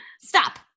stop